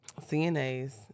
CNAs